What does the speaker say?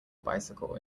bicycle